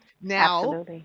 Now